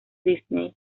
disney